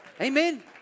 Amen